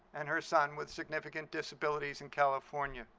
and her son with significant disabilities in california.